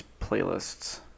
playlists